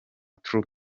true